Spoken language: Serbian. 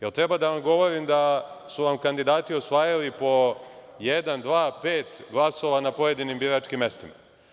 Da li treba da vam govorim da su vam kandidati osvajali po jedan, dva, pet glasova na pojedinim biračkim mestima?